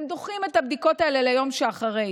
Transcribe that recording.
הם דוחים את הבדיקות האלה ליום שאחרי.